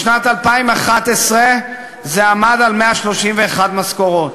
בשנת 2011 זה עמד על 131 משכורות.